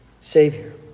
savior